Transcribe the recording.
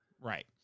right